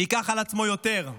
ייקח על עצמו יותר,